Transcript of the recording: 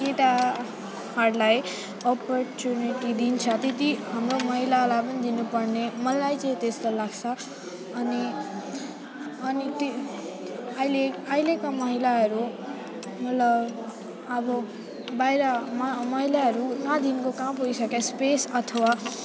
केटाहरूलाई अपर्चुनिटी दिन्छ त्यति हाम्रो महिलालाई पनि दिनुपर्ने मलाई चाहिँ त्यस्तो लाग्छ अनि अनि ती अहिले अहिलेको महिलाहरू मतलब अब बाहिर मा महिलाहरू कहाँदेखिन्को कहाँ पुगिसके स्पेस अथवा